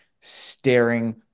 staring